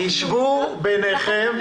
--- תשבו ביניכם.